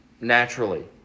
naturally